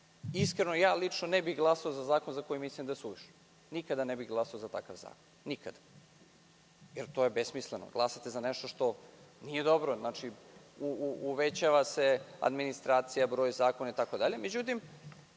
lično ne bih glasao za zakon za koji mislim da je suvišan. Nikada ne bih glasao za takav zakon. Nikada, jer to je besmisleno. Glasate za nešto što nije dobro. Znači, uvećava se administracija, broj zakona itd.